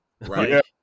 right